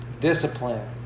discipline